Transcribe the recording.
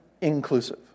inclusive